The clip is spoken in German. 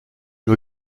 nur